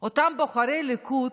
אותם בוחרי ליכוד,